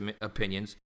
opinions